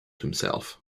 himself